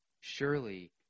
Surely